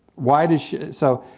why did so,